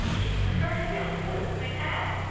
it's the first real clue we've had.